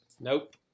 Nope